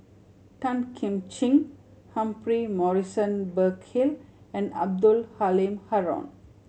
Tan Kim Ching Humphrey Morrison Burkill and Abdul Halim Haron